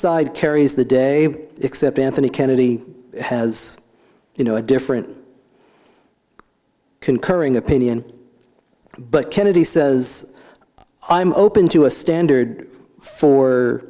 side carries the day except anthony kennedy has you know a different concurring opinion but kennedy says i'm open to a standard for